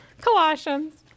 Colossians